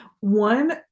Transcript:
One